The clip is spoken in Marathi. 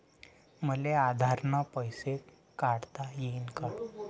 मले आधार न पैसे काढता येईन का?